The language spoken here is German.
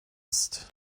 ist